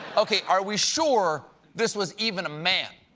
okay, are we sure this was even a man?